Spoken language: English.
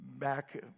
Back